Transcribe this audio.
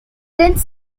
rents